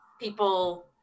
people